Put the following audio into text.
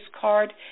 card